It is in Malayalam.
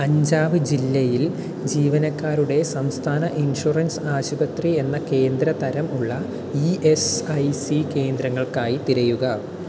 അഞ്ജാവ് ജില്ലയിൽ ജീവനക്കാരുടെ സംസ്ഥാന ഇൻഷുറൻസ് ആശുപത്രി എന്ന കേന്ദ്ര തരം ഉള്ള ഇ എസ് ഐ സി കേന്ദ്രങ്ങൾക്കായി തിരയുക